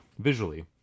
visually